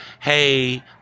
Hey